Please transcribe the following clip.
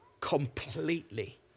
completely